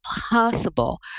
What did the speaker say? Possible